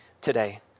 today